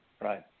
Right